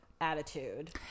attitude